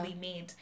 made